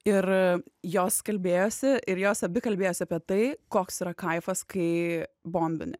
ir jos kalbėjosi ir jos abi kalbėjosi apie tai koks yra kaifas kai bombini